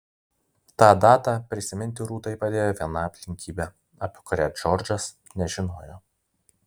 tą datą prisiminti rūtai padėjo viena aplinkybė apie kurią džordžas nežinojo